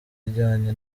ijyanye